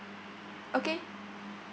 okay